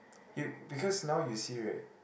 you because now you see right